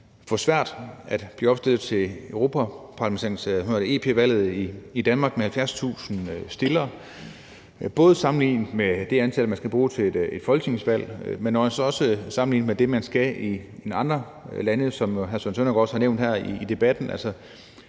er for svært at blive opstillet til Europa-Parlamentet ved europaparlamentsvalget i Danmark med 70.000 stillere. Det gælder, både når man sammenligner med det antal, man skal bruge til et folketingsvalg, men også sammenlignet med det, man skal bruge i andre lande, som hr. Søren Søndergaard også har nævnt her i debatten;